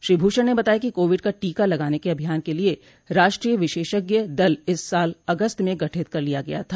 श्री भूषण ने बताया कि कोविड का टीका लगाने के अभियान के लिए राष्ट्रीय विशेषज्ञ दल इस साल अगस्त में गठित कर लिया गया था